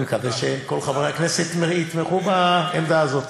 אני מקווה שכל חברי הכנסת יתמכו בעמדה הזאת.